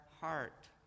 heart